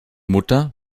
mutter